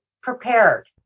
prepared